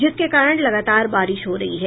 जिसके कारण लगातार बारिश हो रही है